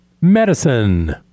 medicine